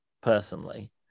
personally